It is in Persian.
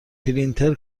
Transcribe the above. پرینتر